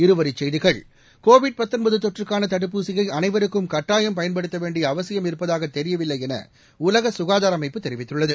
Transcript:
இருவரிச்செய்திகள் கோவிட் தொற்றுக்கான தடுப்பூசியை அனைவருக்கும் கட்டாயம் பயன்படுத்த வேண்டிய அவசியம் இருப்பதாக தெரியவில்லை என உலக சுகாதார அமைப்பு தெரிவித்துள்ளது